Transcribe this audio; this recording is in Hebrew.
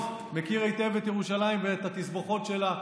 ומכיר היטב את ירושלים ואת התסבוכות שלה.